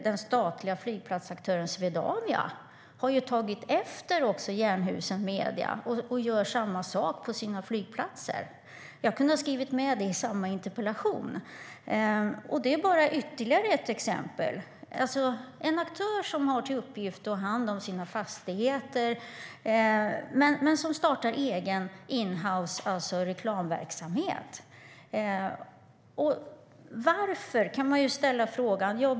Den statliga flygplatsaktören Swedavia har även tagit efter Jernhusen Media och gör samma sak på sina flygplatser; jag hade kunnat ta med det i samma interpellation. Det är bara ytterligare ett exempel. Det handlar alltså om en aktör som har till uppgift att ta hand om sina fastigheter men startar egen inhousereklamverksamhet. Man kan ju ställa frågan varför.